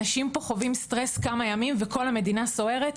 אנשים פה חווים סטרס כמה ימים וכל המדינה סוערת,